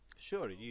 Sure